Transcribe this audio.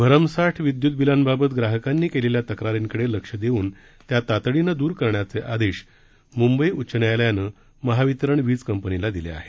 भरमसाठ विद्य्त बिलांबाबत ग्राहकांनी केलेल्या तक्रारींकडे लक्ष देऊन त्या तातडीनं दूर करण्याचे आदेश म्ंबई उच्च न्यायालयानं महावितरण वीज कंपनीला दिले आहेत